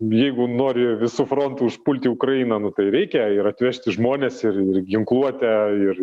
jeigu nori visu frontu užpulti ukrainą nu tai reikia ir atvežti žmones ir ir ginkluotę ir